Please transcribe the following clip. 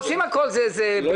עושים הכול זה בלי נדר.